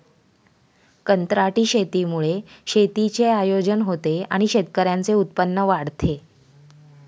कंत्राटी शेतीमुळे शेतीचे आयोजन होते आणि शेतकऱ्यांचे उत्पन्न वाढते